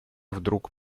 вдруг